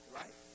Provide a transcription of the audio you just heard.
right